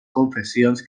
confessions